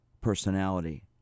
personality